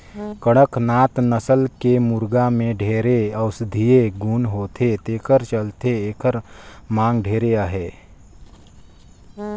कड़कनाथ नसल के मुरगा में ढेरे औसधीय गुन होथे तेखर चलते एखर मांग ढेरे अहे